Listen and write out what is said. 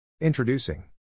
Introducing